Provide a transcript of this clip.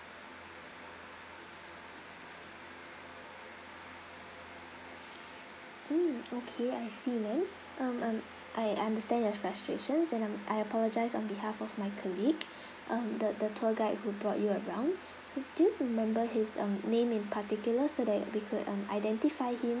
mm okay I see ma'am um um I understand your frustrations and um I apologize on behalf of my colleague um the the tour guide who brought you around so do you remember his um name in particular so that we could um identify him